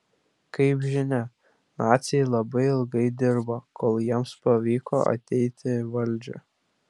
kaip žinia naciai labai ilgai dirbo kol jiems pavyko ateiti į valdžią